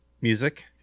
Music